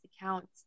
accounts